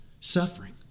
Suffering